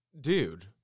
dude